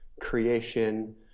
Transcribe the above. creation